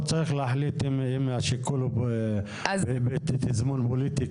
הוא צריך להחליט האם השיקול הוא בתזמון פוליטי,